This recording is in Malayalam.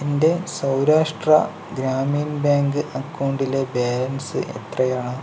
എൻ്റെ സൗരാഷ്ട്ര ഗ്രാമീൺ ബാങ്ക് അക്കൗണ്ടിലെ ബാലൻസ് എത്രയാണ്